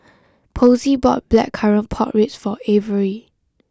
Posey bought Blackcurrant Pork Ribs for Averi